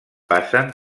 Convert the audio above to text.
passen